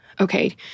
okay